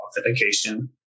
authentication